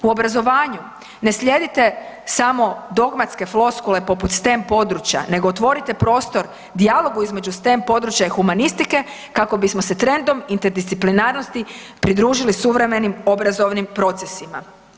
U obrazovanju ne slijedite samo dogmatske floskule poput STEM područja nego otvorite prostor dijalogu između STEM područja i humanistike kako bismo se trendom interdisciplinarnosti pridružili suvremenim obrazovnim procesima.